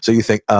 so you think,